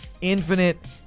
Infinite